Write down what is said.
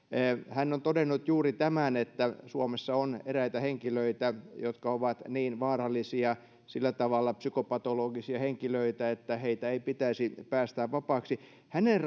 hän on todennut juuri tämän että suomessa on eräitä henkilöitä jotka ovat niin vaarallisia sillä tavalla psykopatologisia henkilöitä että heitä ei pitäisi päästää vapaaksi hänen